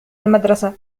المدرسة